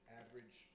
average